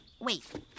Wait